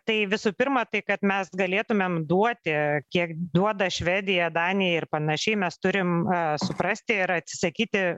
tai visų pirma tai kad mes galėtumėm duoti kiek duoda švedija danija ir panašiai mes turim suprasti ir atsisakyti